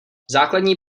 základní